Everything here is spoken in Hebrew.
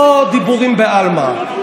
לא דיבורים בעלמא.